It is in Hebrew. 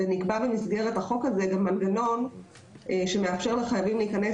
במסגרת החוק הזה גם נקבע מנגנון שמאפשר לחייבים להיכנס